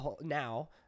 now